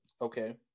Okay